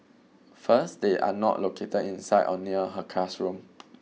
first they are not located inside or near her classroom